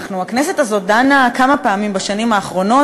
הכנסת הזאת דנה כמה פעמים בשנים האחרונות